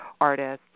artists